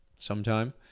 sometime